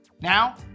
Now